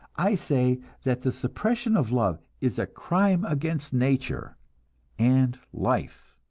i say that the suppression of love is a crime against nature and life.